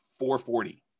440